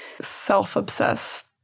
self-obsessed